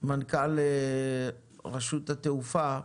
מנכ"ל רשות התעופה,